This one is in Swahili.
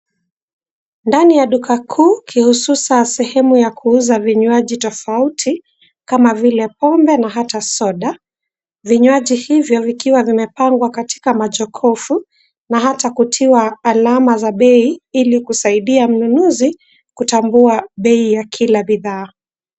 Ndani ya duka kuu kihususa sehemu ya kuuza vinywaji tofauti kama vile pombe na hata soda. Vinywaji hivyo vikiwa vimepangwa katika majokofu na hata kutiwa alama za bei ili kusaidia mnunuzi kutambua bei ya kila bidhaa.